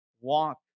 Walk